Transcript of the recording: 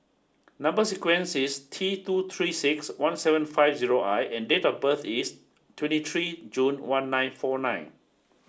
number sequence is T two three six one seven five zero I and date of birth is twenty three June one nine four nine